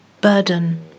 burden